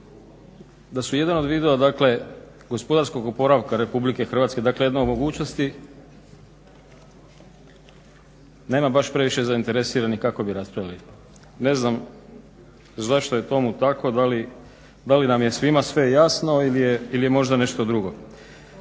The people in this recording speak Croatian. da su jedan od vidova dakle gospodarskog oporavka RH, dakle jedna od mogućnosti nema baš previše zainteresiranih kako bi raspravljali. Ne znam zašto je tomu tako, da li nam je svima sve jasno ili je možda nešto drugo,